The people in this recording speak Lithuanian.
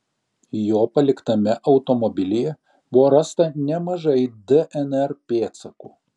jo paliktame automobilyje buvo rasta nemažai dnr pėdsakų